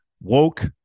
woke